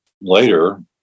Later